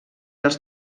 els